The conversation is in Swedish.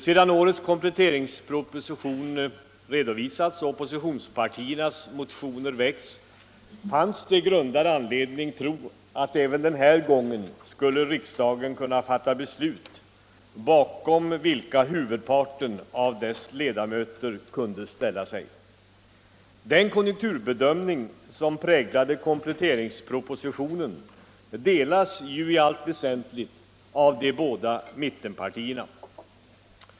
Sedan årets kompletteringsproposition redovisats och oppositionspartiernas motioner väckts fanns det grundad anledning tro att även den här gången skulle riksdagen kunna fatta beslut, bakom vilka huvudparten av dess ledamöter kunde ställa sig. Den konjunkturbedömning som präglade kompletteringspropositionen delas ju i allt väsentligt av de hårda mittenpartierna.